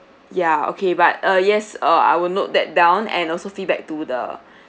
ya okay but uh yes uh I will note that down and also feedback to the